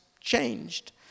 changed